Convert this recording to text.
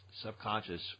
subconscious